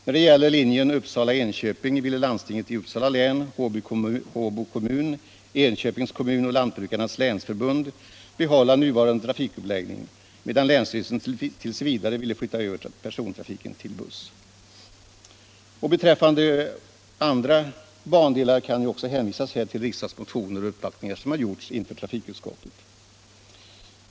När det gäller linjen Uppsala-Enköping ville landstinget i Uppsala län, Håbo kommun, Enköpings kommun och Lantbrukarnas länsförbund behålla nuvarande trafikuppläggning, medan länsstyrelsen t. v. ville flytta över persontrafiken till buss. Beträffande andra bandelar kan jag hänvisa till riksdagsmotioner och uppvaktningar som har gjorts inför trafikutskottet.